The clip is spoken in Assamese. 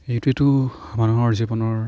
এইটোৱেতো মানুহৰ জীৱনৰ